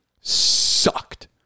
Sucked